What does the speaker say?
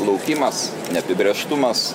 laukimas neapibrėžtumas